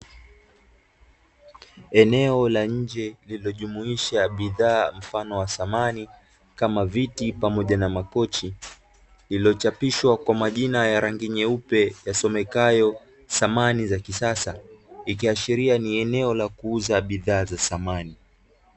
Eneo la nje lililojumuisha bidhaa mfano wa samani kama viti pamoja na makochi, lililochapishwa kwa majina ya rangi nyeupe yasomekayo samani za kisasa, ikiashiria ni eneo la kuuza bidhaa za samani.